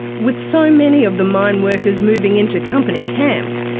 with so many of the mine workers moving into company camps,